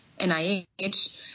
NIH